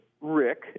Rick